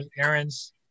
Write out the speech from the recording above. errands